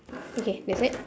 okay that's it